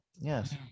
Yes